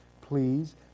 please